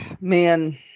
Man